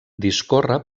discorre